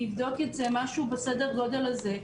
משהו בסדר גודל הזה,